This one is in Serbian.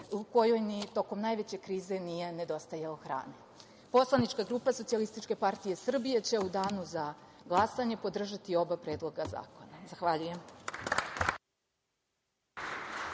u kojoj ni tokom najveće krize nije nedostajalo hrane. Poslanička grupa SPS će u danu za glasanje podržati oba predloga zakona. Zahvaljujem.